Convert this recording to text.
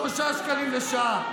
שלושה שקלים לשעה.